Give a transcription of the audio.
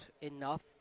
enough